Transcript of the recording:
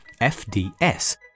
FDS